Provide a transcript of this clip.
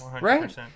Right